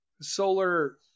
solar